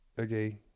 okay